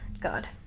God